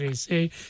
see